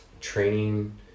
training